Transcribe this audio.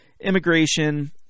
immigration